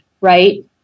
Right